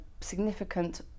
significant